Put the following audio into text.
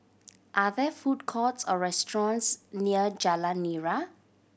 are there food courts or restaurants near Jalan Nira